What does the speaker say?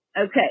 Okay